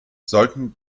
sollten